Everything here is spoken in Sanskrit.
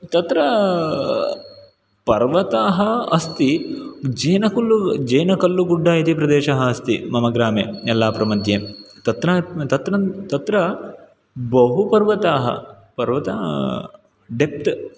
तत्र पर्वताः अस्ति जीनकल्लु जेनकल्लुगुड्द इति प्रदेशः अस्ति मम ग्रामे यल्लापुरमध्ये तत्र तत्र तत्र पर्वताः पर्वत डेप्त्